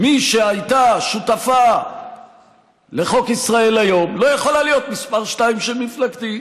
מי שהייתה שותפה לחוק ישראל היום לא יכולה להיות מספר שתיים של מפלגתי,